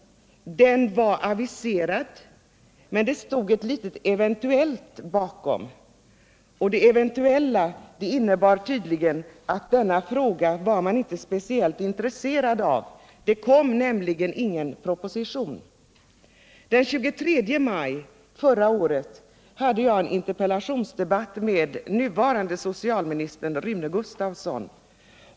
Den var aviserad, men det stod ett litet ”eventuellt” vid propositionen. Och det eventuella innebar tydligen att man inte var speciellt intresserad av denna fråga — det kom nämligen ingen proposition. Den 23 maj förra året hade jag en interpellationsdebatt med nuvarande socialministern Rune Gustavsson.